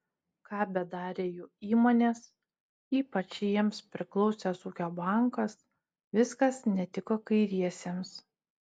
ką bedarė jų įmonės ypač jiems priklausęs ūkio bankas viskas netiko kairiesiems